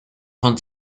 von